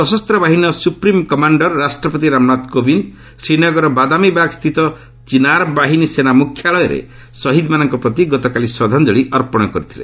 ସଶସ୍ତ ବାହିନୀର supreme commander ରାଷ୍ଟ୍ରପତି ରାମନାଥ କୋବିନ୍ଦ ଶ୍ରୀନଗରର ବାଦାମୀବାଗ୍ ସ୍ଥିତ ଚିନାରବାହିନୀ ସେନା ମୁଖ୍ୟାଳୟରେ ଶହୀଦ୍ମାନଙ୍କ ପ୍ରତି ଗତକାଲି ଶ୍ରଦ୍ଧାଞ୍ଜଳି ଅର୍ପଣ କରିଥିଲେ